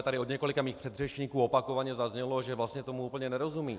Tady od několika mých předřečníků opakovaně zaznělo, že vlastně tomu úplně nerozumějí.